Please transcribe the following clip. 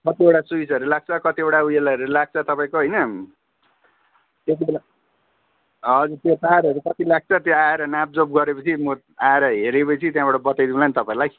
कतिवटा स्विचहरू लाग्छ कतिवटा उयेलहरू लाग्छ तपाईँको होइन त्यतिबेला हजुर त्यो तारहरू कति लाग्छ त्यहाँ आएर नापजोप गरेपछि म आएर हेरेपछि त्यहाँबाट बताइदिउँला नि तपाईँलाई